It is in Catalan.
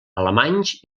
alemanys